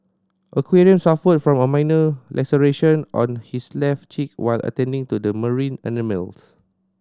aquarium suffered from a minor laceration on his left cheek while attending to the marine animals